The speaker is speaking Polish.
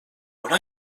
ona